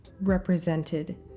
represented